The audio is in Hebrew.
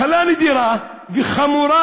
מחלה נדירה וחמורה,